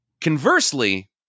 Conversely